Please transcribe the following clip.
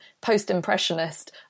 post-impressionist